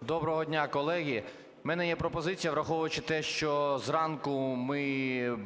Доброго дня, колеги. У мене є пропозиція, враховуючи те, що зранку ми